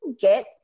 get